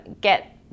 get